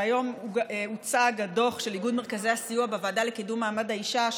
והיום הוצג הדוח של ארגון מרכזי הסיוע בוועדה לקידום מעמד האישה,